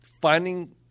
finding